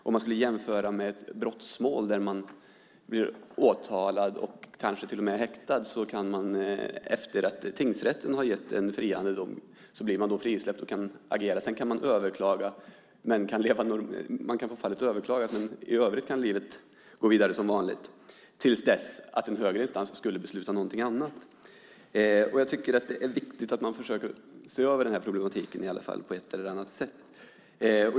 Om man skulle jämföra med ett brottmål där man blir åtalad och kanske till och med häktad så kan man efter att tingsrätten avgett friande dom bli frisläppt och kan agera. Man kan få fallet överklagat, men i övrigt kan livet gå vidare som vanligt till dess att en högre instans eventuellt beslutar något annat. Det är viktigt att man försöker se över problematiken på ett eller annat sätt.